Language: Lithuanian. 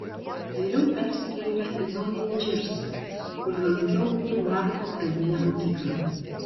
vėliau persikėlėme į naująjį džersį kur lankiau niuarko pradinę mokyklą